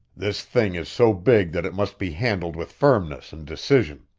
this thing is so big that it must be handled with firmness and decision.